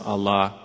Allah